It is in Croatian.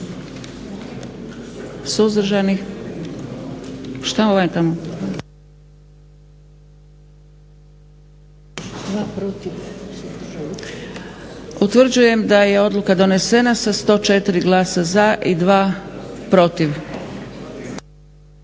Utvrđujem da je odluka donesena sa 104 glasa za i 2 protiv.